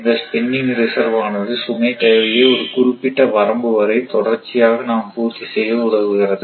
இந்த spinning reserve ஆனது சுமை தேவையை ஒரு குறிப்பிட்ட வரம்பு வரை தொடர்ச்சியாக நாம் பூர்த்தி செய்ய உதவுகிறது